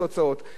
יותר טוב שלא היה,